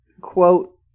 quote